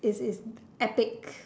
is is epic